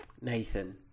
Nathan